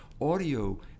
audio